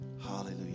Hallelujah